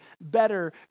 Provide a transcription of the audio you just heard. better